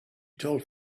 told